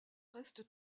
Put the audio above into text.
reste